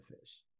fish